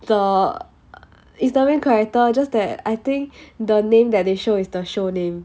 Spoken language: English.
the is the main character just that I think the name that they show is the show name